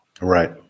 right